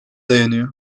dayanıyor